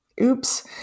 Oops